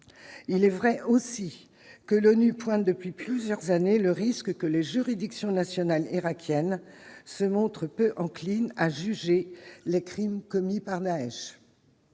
il est vrai aussi que l'ONU pointe depuis plusieurs années, le risque que les juridictions nationales irakiennes se montrent peu enclines à juger les crimes commis par Daech